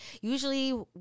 usually